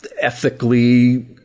ethically